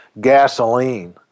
gasoline